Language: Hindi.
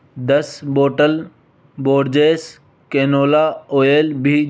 दस बॉटल बोर्जेस कैनोला आयल भी जोड़ें